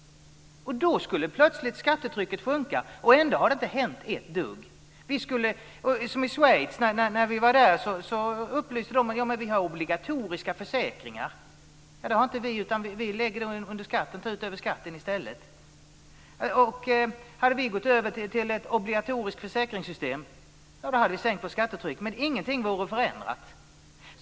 Då skulle plötsligt skattetrycket sjunka, och ändå har det inte hänt ett dugg. När vi var i Schweiz blev vi upplysta om att man där har obligatoriska försäkringar. Det har inte vi i Sverige, utan vi tar ut det över skatten i stället. Om vi hade gått över till ett obligatoriskt försäkringssystem så skulle vi ha sänkt vårt skattetryck, men ingenting vore förändrat.